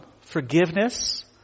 forgiveness